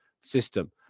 system